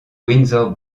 windsor